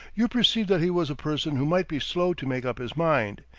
you perceive that he was a person who might be slow to make up his mind,